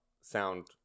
sound